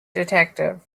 detective